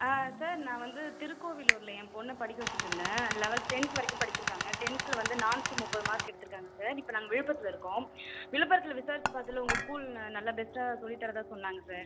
ஆ sir நான் வந்து திருக்கோவிலூரில் என் பொண்ணை படிக்க வச்சுட்ருந்தேன் லெவல் டென்த்து வரைக்கும் படிச்சுருக்காங்க டென்த்தில் வந்து நானூற்றி முப்பது மார்க் எடுத்திருக்காங்க சார் இப்போ நாங்கள் விழுப்புரத்தில் இருக்கோம் விழுப்புரத்தில் விசாரித்து பார்த்தல உங்கள் ஸ்கூல் ந நல்லா பெஸ்ட்டாக சொல்லித் தரதாக சொன்னாங்க சார்